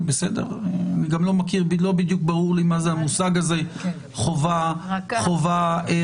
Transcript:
גם לא בדיוק ברור לי מה המושג הזה "חובה רכה",